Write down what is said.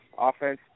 offense